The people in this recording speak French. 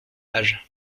âge